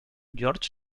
george